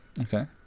Okay